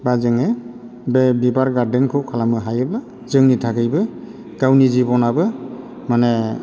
बा जोङो बे बिबार गार्डोनखौ खालामनो हायोब्ला जोंनि थाखायबो गावनि जिबनाबो माने